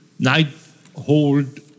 Nighthold